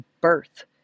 birth